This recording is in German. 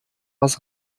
was